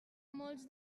molts